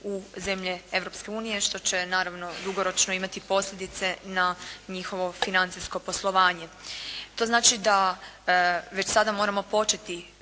unije što će naravno dugoročno imati posljedice na njihovo financijsko poslovanje. To znači da već sada moramo početi